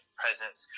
presence